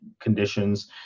conditions